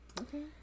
Okay